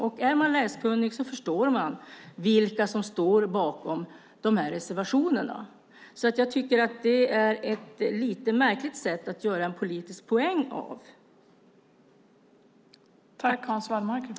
Den som är läskunnig förstår vilka som står bakom reservationerna. Jag tycker att det är ett lite märkligt sätt att göra en politisk poäng av det.